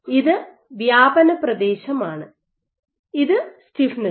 ഇത് വ്യാപന പ്രദേശമാണ് ഇത് സ്റ്റിഫ്നെസ്സും